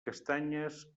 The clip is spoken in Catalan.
castanyes